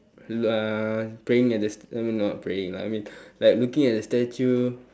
uh praying at the I mean not praying lah I mean like looking at statue